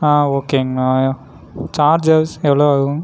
ஓகேங்கண்ணா சார்ஜஸ் எவ்வளோ ஆகும்